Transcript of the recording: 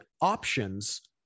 options